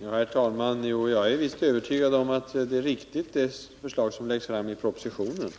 Herr talman! Jag är visst övertygad om att det förslag som läggs fram i propositionen,